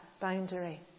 boundary